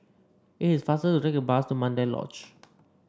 it is faster to take the bus to Mandai Lodge